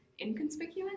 Inconspicuous